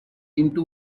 into